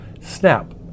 snap